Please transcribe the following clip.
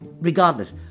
Regardless